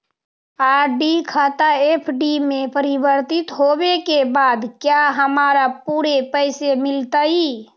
RD खाता FD में परिवर्तित होवे के बाद क्या हमारा पूरे पैसे मिलतई